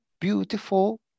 beautiful